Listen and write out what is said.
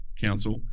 Council